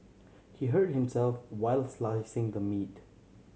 he hurt himself while slicing the meat